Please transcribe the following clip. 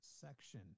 section